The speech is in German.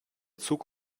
zug